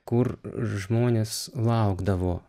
kur žmonės laukdavo